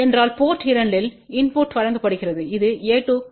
எனவே என்றால் போர்ட் 2 இல் இன்புட் வழங்கப்படுகிறது இது a2